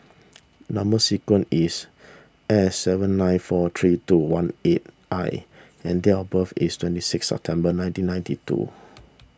Number Sequence is S seven nine four three two one eight I and date of birth is twenty six September nineteen ninety two